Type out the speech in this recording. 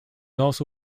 also